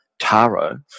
Taro